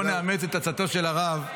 בוא נאמץ את עצתו של הרב: